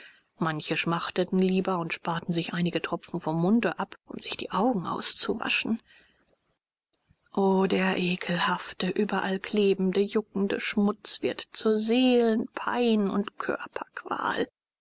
mancher schmachtete lieber und sparte sich einige tropfen vom munde ab um sich die augen auszuwaschen o der ekelhafte überall klebende juckende schmutz wird zur seelenpein und